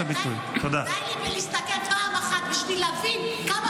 אבל די לי בלהסתכל פעם אחת כדי להבין כמה,